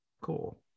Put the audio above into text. cool